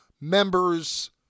members